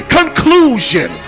conclusion